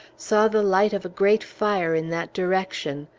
saw the light of a great fire in that direction.